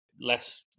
less